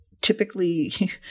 typically